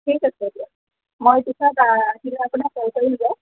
ঠিক আছে দিয়ক মই পিছত আপোনাক কল কৰিম দিয়ক